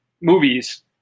movies